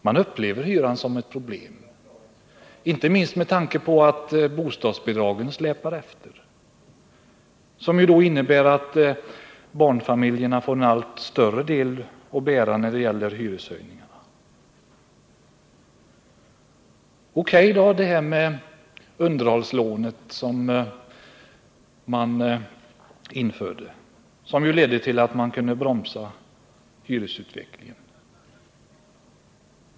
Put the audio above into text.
Man upplever hyran som ett problem, inte minst med tanke på att bostadsbidragen släpar efter, vilket ju innebär att barnfamiljerna får en allt större del att bära när det gäller hyreshöjningarna. O.K. — underhållslånen som infördes ledde till att man kunde bromsa hyresutvecklingen.